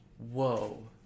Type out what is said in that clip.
Whoa